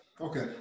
Okay